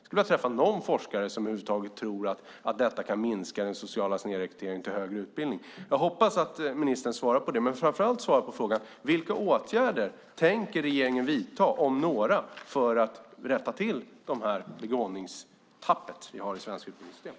Jag undrar om någon forskare över huvud taget tror att det kan minska den sociala snedrekryteringen till högre utbildning. Jag hoppas att ministern svarar på det, och framför allt att han svarar på frågan: Vilka åtgärder, om några, tänker regeringen vidta för att rätta till det begåvningstapp vi har i det svenska utbildningssystemet?